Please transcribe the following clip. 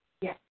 Yes